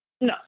No